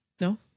No